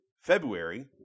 February